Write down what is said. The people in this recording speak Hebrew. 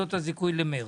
נקודות הזיכוי למרץ.